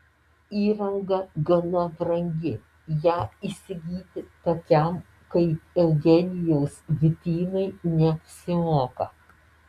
įranga gana brangi ją įsigyti tokiam kaip eugenijaus bitynui neapsimoka